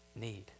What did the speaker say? need